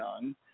young